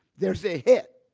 there's a hit,